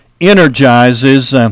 energizes